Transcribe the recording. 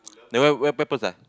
never wear pampers ah